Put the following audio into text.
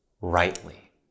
rightly